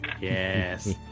yes